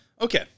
Okay